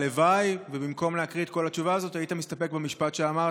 הלוואי שבמקום להקריא את כל התשובה הזאת היית מסתפק במשפט שאמרת,